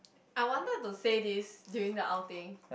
I wanted to say this during the outing